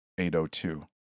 802